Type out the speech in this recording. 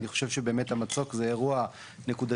אני חושב שבאמת המצוק זה אירוע נקודתי,